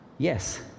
Yes